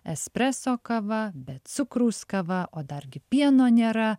espreso kava be cukraus kava o dargi pieno nėra